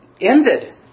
ended